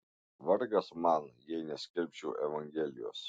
vargas man jei neskelbčiau evangelijos